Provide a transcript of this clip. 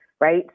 right